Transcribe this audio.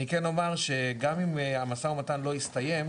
אני כן אומר שגם אם המשא ומתן לא יסתיים,